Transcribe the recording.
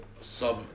sub